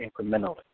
incrementally